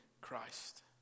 Christ